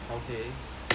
okay